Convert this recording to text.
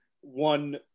one